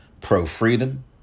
pro-freedom